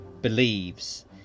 believes